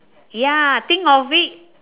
ya think of it